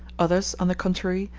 others, on the contrary,